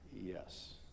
Yes